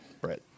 Brett